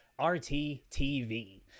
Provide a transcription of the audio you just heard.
RTTV